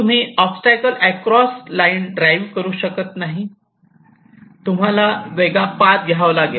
तुम्ही obstacles across line drive करू शकत नाही तुम्हाला वेगळा पाथ घ्यावा लागेल